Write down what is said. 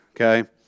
okay